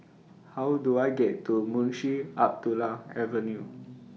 How Do I get to Munshi Abdullah Avenue